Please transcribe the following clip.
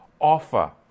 offer